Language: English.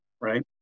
right